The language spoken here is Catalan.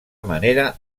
manera